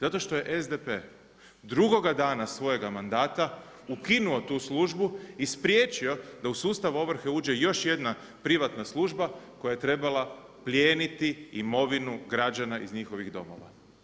Zato što je SDP drugoga dana svojega mandata ukinuo tu službu i spriječio da u sustav ovrhe uđe i još jedna privatna služba koja je trebala plijeniti imovinu građana iz njihovih domova.